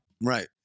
Right